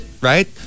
Right